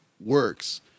works